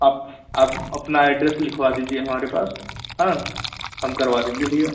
आप आप अपना एड्रेस लिखवा दीजिए हमारे पास हाँ हम करवा देंगे भैया